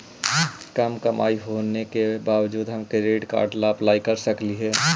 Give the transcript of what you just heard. कम कमाई होने के बाबजूद हम क्रेडिट कार्ड ला अप्लाई कर सकली हे?